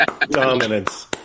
Dominance